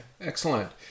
excellent